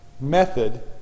method